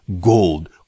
gold